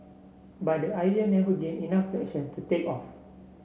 but the idea never gained enough traction to take off